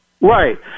Right